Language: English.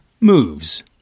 moves